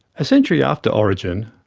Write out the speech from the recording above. a century after origin,